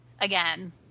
again